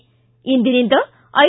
ಿ ಇಂದಿನಿಂದ ಐ